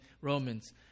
Romans